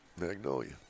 Magnolia